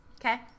okay